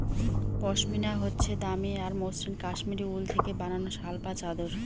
পশমিনা হচ্ছে দামি আর মসৃণ কাশ্মীরি উল থেকে বানানো শাল বা চাদর